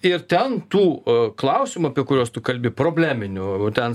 ir ten tų klausimų apie kuriuos tu kalbi probleminių ten